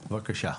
בבקשה.